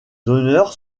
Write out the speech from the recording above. honneurs